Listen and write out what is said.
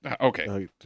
Okay